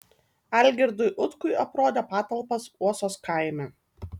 algirdui utkui aprodė patalpas uosos kaime